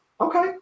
Okay